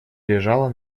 лежала